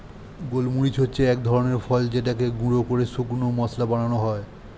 গোলমরিচ হচ্ছে এক ধরনের ফল যেটাকে গুঁড়ো করে শুকনো মসলা বানানো হয়